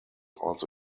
also